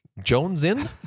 Jonesin